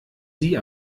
sie